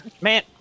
Man